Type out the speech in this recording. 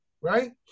right